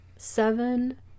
Seven